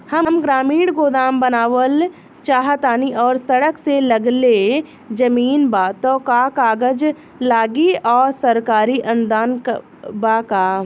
हम ग्रामीण गोदाम बनावल चाहतानी और सड़क से लगले जमीन बा त का कागज लागी आ सरकारी अनुदान बा का?